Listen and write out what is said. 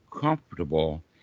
comfortable